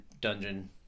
dungeon